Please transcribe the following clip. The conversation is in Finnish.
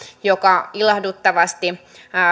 joka ilahduttavasti